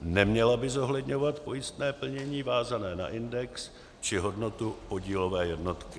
Neměla by zohledňovat pojistné plnění vázané na index či hodnotu podílové jednotky.